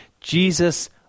Jesus